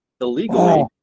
illegally